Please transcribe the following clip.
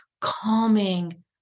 calming